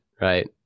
right